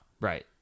Right